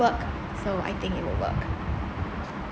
work so I think it would work